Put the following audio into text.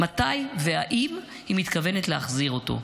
מתי ואם היא מתכוונת להחזיר אותו.